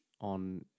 on